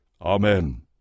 amen